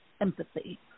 empathy